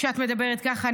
שאת מדברת ככה.